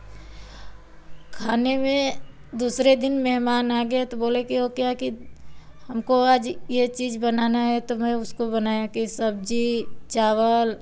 खाने में दूसरे दिन मेहमान आ गए तो बोले की वह क्या है कि हमको आज यह चीज़ बनाना है तो मैं उसको बनाया की सब्ज़ी चावल